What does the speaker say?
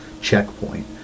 checkpoint